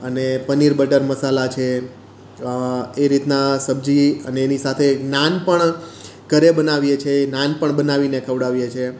અને પનીર બટર મસાલા છે એ રીતના સબ્જી અને એની સાથે નાન પણ ઘરે બનાવીએ છીયે નાન પણ બનાવીને ખવડાવીએ છીએ